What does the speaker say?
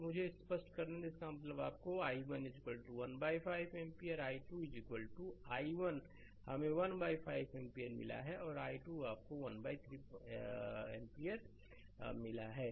तो मुझे यह स्पष्ट करने दें कि इसका मतलब है आपको i1 15 एम्पीयर और i2 कहते हैं कि i1 हमें 15 एम्पीयर मिला है और i2 आपको 13 एम्पीयर मिला है